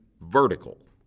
vertical